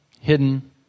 hidden